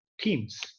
teams